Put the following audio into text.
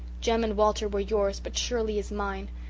jem and walter were yours but shirley is mine.